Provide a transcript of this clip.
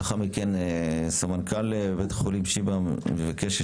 לאחר מכן סמנכ"ל בית החולים שיבא מבקשת